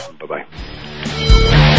Bye-bye